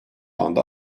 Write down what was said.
anda